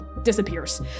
disappears